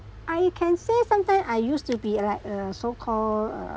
I can say sometimes I used to be like a so call uh